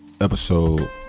episode